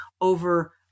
over